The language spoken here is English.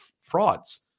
frauds